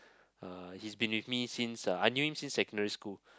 uh he's been with me since uh I knew him since secondary school